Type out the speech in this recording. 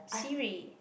Siri